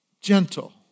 Gentle